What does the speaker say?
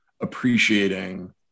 appreciating